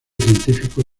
científico